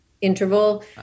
interval